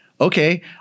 okay